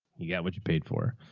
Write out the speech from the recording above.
you got what you paid for.